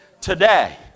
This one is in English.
today